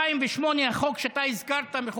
החוק שאתה הזכרת מ-2008,